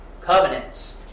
Covenants